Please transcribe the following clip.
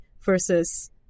versus